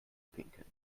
pinkeln